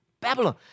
Babylon